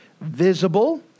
visible